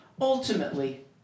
ultimately